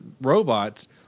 robots